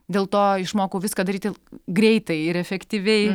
dėl to išmokau viską daryti greitai ir efektyviai